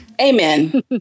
Amen